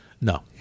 No